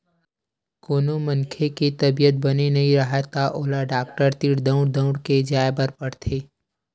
कोनो मनखे के तबीयत बने नइ राहय त ओला डॉक्टर तीर दउड़ दउड़ के जाय बर पड़थे